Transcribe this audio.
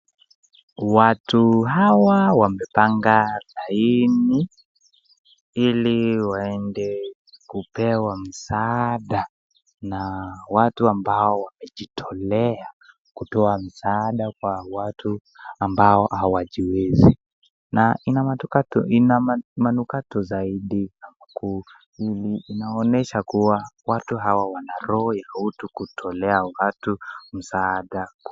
Watu hawa wamepanga laini, ili waende kupewa msaada na watu ambao wamejitolea kutoa misaada kwa watu ambao hawajiezi. Na ina manukato zaidi na mkuu inaonesha kuwa watu hawa wana roho ya utu wa kutolea watu msaada.